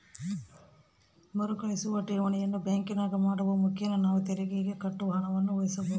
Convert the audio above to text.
ಮರುಕಳಿಸುವ ಠೇವಣಿಯನ್ನು ಬ್ಯಾಂಕಿನಾಗ ಮಾಡುವ ಮುಖೇನ ನಾವು ತೆರಿಗೆಗೆ ಕಟ್ಟುವ ಹಣವನ್ನು ಉಳಿಸಬಹುದು